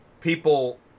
people